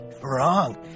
Wrong